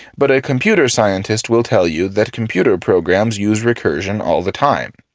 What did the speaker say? but a computer scientist will tell you that computer programs use recursion all the time.